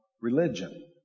religion